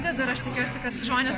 ir dar aš tikiuosi kad žmonės